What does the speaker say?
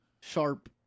sharp